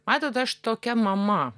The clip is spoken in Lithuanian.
matot aš tokia mama